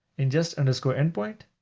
ingest underscore endpoint,